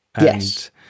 Yes